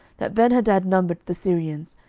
that benhadad numbered the syrians,